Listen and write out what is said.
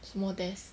small desk